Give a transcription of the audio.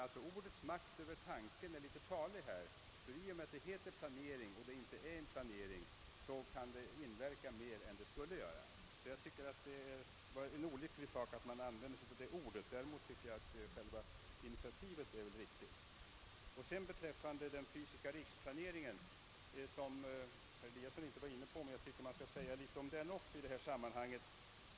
I och med att det kallas »planering» utan att det är någon planering kan det få större verkan än vad som är avsett. Jag tyc ker alltså att det är olyckligt att man använt detta ord. Däremot tycker jag att själva initiativet är riktigt. Herr Eliasson nämnde ingenting om den fysiska riksplaneringen, men jag tycker att man skall säga litet om den också i detta sammanhang.